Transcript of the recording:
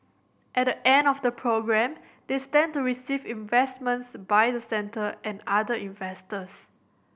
at the end of the programme they stand to receive investments by the centre and other investors